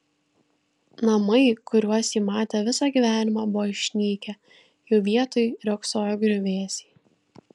namai kuriuos ji matė visą gyvenimą buvo išnykę jų vietoj riogsojo griuvėsiai